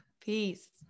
Peace